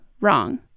wrong